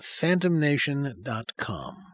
phantomnation.com